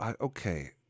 Okay